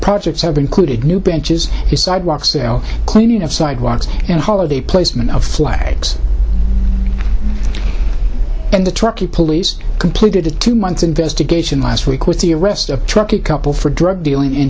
projects have included new benches the sidewalks they're cleaning of sidewalks and holiday placement of flags and the truckee police completed a two month investigation last week with the arrest of truck a couple for drug dealing in